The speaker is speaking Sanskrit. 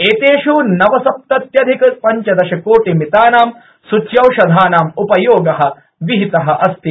एतेष् नवसप्तत्यधिकपञ्चदशकोटिमितानां सूच्यौषधानाम् उपयोगः विहितः अस्ति